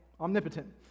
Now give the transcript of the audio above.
Omnipotent